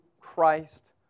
Christ